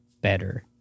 better